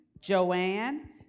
Joanne